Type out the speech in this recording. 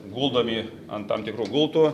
guldomi ant tam tikrų gultų